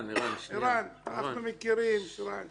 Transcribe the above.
אני